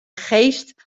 geest